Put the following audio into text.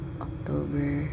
October